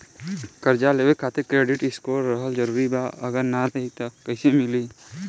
कर्जा लेवे खातिर क्रेडिट स्कोर रहल जरूरी बा अगर ना रही त कैसे मिली?